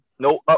no